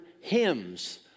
hymns